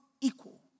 equal